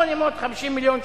850 מיליון שקל.